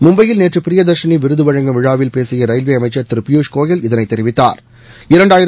மும்பையில் நேற்று பிரியதர்ஷினி விருது வழங்கும் விழாவில் பேசிய ரயில்வே அமைச்சர் திரு பியூஷ் கோயல் இதைத் தெரிவித்தாா்